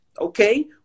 okay